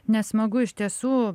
nesmagu iš tiesų